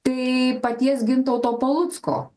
tai paties gintauto palucko